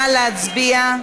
נא להצביע.